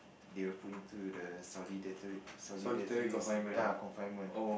they will put into the solidatory solidatory ya confinement